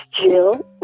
Jill